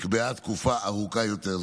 נקבעה תקופה ארוכה יותר.